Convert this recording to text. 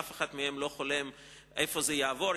אף אחד מהם לא חולם איפה זה יעבור.